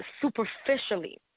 superficially